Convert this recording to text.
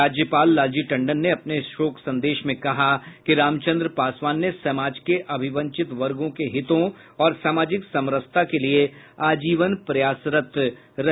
राज्यपाल लालजी टंडन ने अपने शोक संदेश में कहा कि रामचंद्र पासवान ने समाज के अभिवंचित वर्गों के हितों और सामाजिक समरसता के लिए आजीवन प्रयासरत रहे